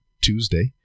Tuesday